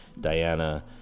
Diana